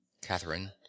Catherine